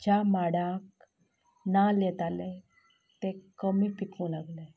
ज्या माडांक नाल्ल येताले ते कमी पिकूंक लागले